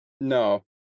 no